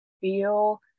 Feel